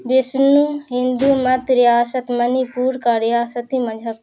ویشنو ہندو مت ریاست منی پور کا ریاستی مذہب تھا